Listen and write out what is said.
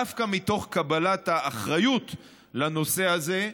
דווקא מתוך קבלת האחריות לנושא הזה,